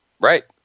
Right